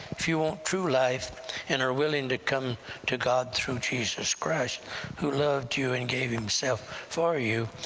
if you want true life and are willing to come to god through jesus christ who loved you and gave himself for you,